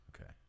Okay